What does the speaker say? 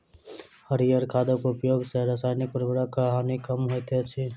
हरीयर खादक उपयोग सॅ रासायनिक उर्वरकक हानि कम होइत अछि